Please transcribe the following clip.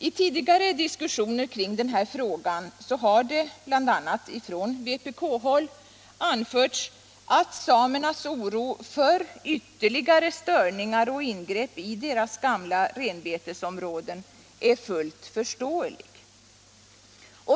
I tidigare diskussioner kring den här frågan har det bl.a. från vpk-håll anförts att samernas oro för ytterligare störningar och ingrepp i deras gamla renbetesområden är fullt förståelig.